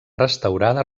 restaurada